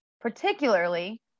particularly